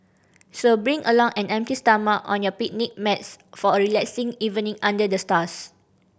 so bring along an empty stomach and your picnic mats for a relaxing evening under the stars